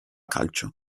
calcio